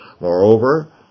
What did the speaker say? Moreover